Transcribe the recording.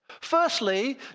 Firstly